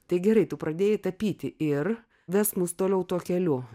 tai gerai tu pradėjai tapyti ir vesk mus toliau tuo keliu